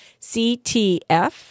CTF